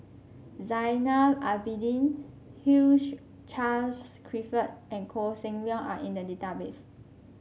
Zainal Abidin Hugh Charles Clifford and Koh Seng Leong are in the database